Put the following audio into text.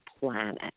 planet